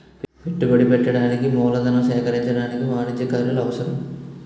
పెట్టుబడి పెట్టడానికి మూలధనం సేకరించడానికి వాణిజ్యకారులు అవసరం